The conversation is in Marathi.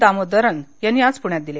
दामोदरन यांनी आज पुण्यात दिली